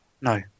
No